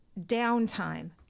downtime